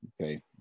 okay